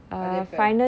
அது எப்ப:athu eppa